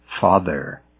Father